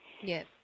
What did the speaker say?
Yes